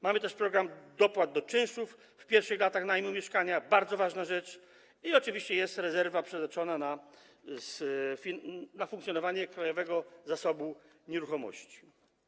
Mamy też program dopłat do czynszów, w pierwszych latach najmu mieszkania jest to bardzo ważna rzecz, i oczywiście jest rezerwa przeznaczona na funkcjonowanie Krajowego Zasobu Nieruchomości.